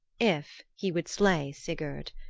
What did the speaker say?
if he would slay sigurd.